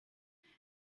there